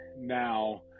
now